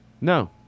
No